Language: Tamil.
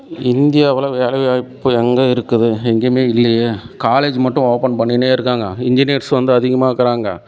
இந்தியாவில் வேலைவாய்ப்பு எங்கே இருக்குது எங்கையுமே இல்லையே காலேஜ் மட்டும் ஓப்பன் பண்ணின்னே இருக்காங்க இன்ஜினியர்ஸ் வந்து அதிகமாக இருக்கறாங்க